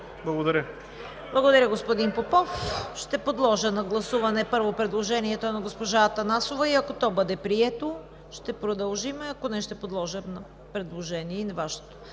КАРАЯНЧЕВА: Благодаря, господин Попов. Ще подложа на гласуване, първо, предложението на госпожа Атанасова и ако то бъде прието, ще продължим, ако не – ще подложа на гласуване и Вашето